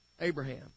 Abraham